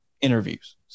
interviews